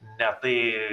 ne tai